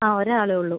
ആ ഒരാളേ ഉള്ളൂ